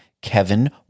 Kevin